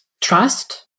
trust